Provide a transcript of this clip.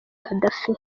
gaddafi